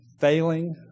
failing